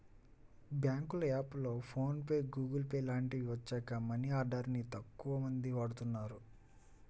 బ్యేంకుల యాప్లు, PhonePe, Google Pay లాంటివి వచ్చాక మనీ ఆర్డర్ ని తక్కువమంది వాడుతున్నారు